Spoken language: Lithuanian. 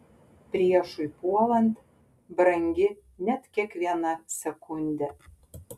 priešui puolant brangi net kiekviena sekundė